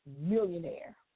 millionaire